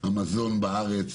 המזון בארץ